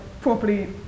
properly